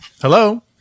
Hello